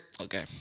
Okay